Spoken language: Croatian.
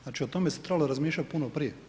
Znači o tome se trebalo razmišljati puno prije.